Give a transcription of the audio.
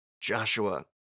Joshua